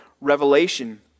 Revelation